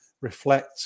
reflect